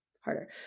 harder